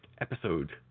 episode